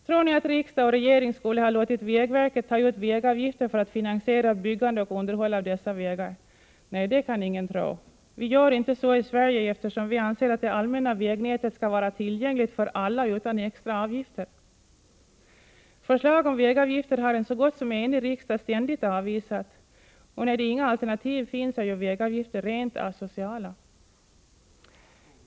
Tror ni att riksdag och regering skulle ha låtit vägverket ta ut vägavgifter för att finansiera byggande och underhåll av dessa vägar? Nej, det kan ni inte tro. Vi gör inte så i Sverige, eftersom vi anser att det allmänna vägnätet skall vara tillgängligt för alla utan extra avgifter. Förslag om vägavgifter har en så gott som enig riksdag ständigt avvisat. Och när det inga alternativ finns är ju vägavgifter rent asociala.